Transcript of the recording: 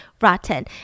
rotten